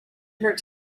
her